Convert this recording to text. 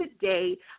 today